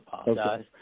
apologize